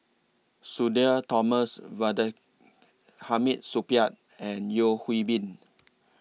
Sudhir Thomas Hamid Supaat and Yeo Hwee Bin